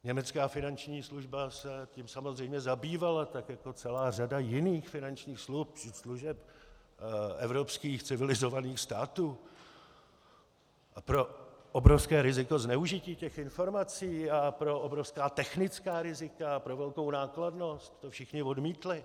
Německá finanční služba se tím samozřejmě zabývala, tak jako celá řada jiných finančních služeb evropských civilizovaných států, a pro obrovské riziko zneužití těch informací a pro obrovská technická rizika a pro velkou nákladnost to všichni odmítli.